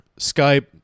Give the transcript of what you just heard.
Skype